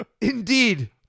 Indeed